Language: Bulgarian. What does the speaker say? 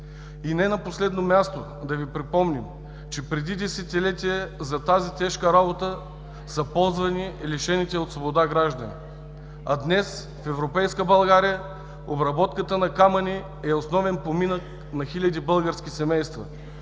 Не на последно място да Ви припомним, че преди десетилетия за тази тежка работа са ползвани лишените от свобода граждани. Днес в европейска България обработката на камъни е основен поминък на хиляди български семейства,